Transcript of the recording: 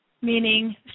meaning